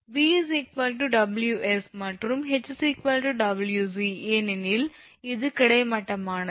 V 𝑊𝑠 மற்றும் 𝐻 𝑊𝑐 ஏனெனில் இது கிடைமட்டமானது